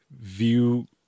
view